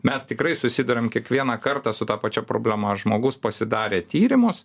mes tikrai susiduriam kiekvieną kartą su ta pačia problema žmogus pasidarė tyrimus